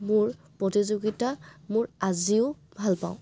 মোৰ প্ৰতিযোগিতা মোৰ আজিও ভাল পাওঁ